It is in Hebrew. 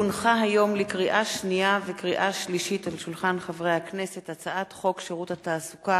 לקריאה שנייה ולקריאה שלישית: הצעת חוק שירות התעסוקה